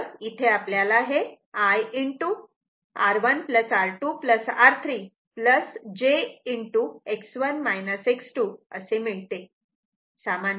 तर इथे आपल्याला हे I R1 R2 R3 j असे मिळते